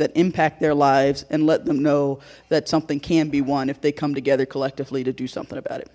that impact their lives and let them know that something can be won if they come together collectively to do something about it